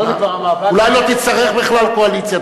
אולי לא תצטרך בכלל קואליציה,